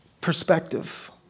perspective